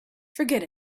forget